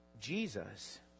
Jesus